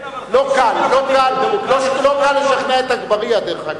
כן, אבל 50,000, לא קל לשכנע את אגבאריה, דרך אגב.